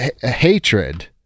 hatred